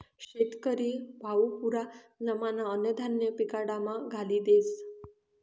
शेतकरी हावू पुरा जमाना अन्नधान्य पिकाडामा घाली देस